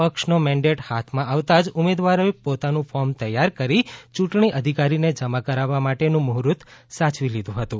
પક્ષનો મેંડેટ હાથમાં આવતા જ ઉમેદવારોએ પોતાનું ફોર્મ તૈયાર કરી ચૂંટણી અધિકારીને જમા કરાવવા માટેનું મૂહર્ત સાયવી લીધું હતું